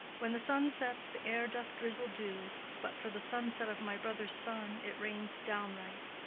when the sun sets the air doth drizzle dew, but for the sunset of my brother's son it rains downright.